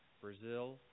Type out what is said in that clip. Brazil